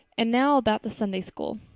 and now about the sunday school.